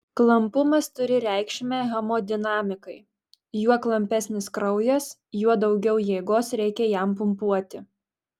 klampumas turi reikšmę hemodinamikai juo klampesnis kraujas juo daugiau jėgos reikia jam pumpuoti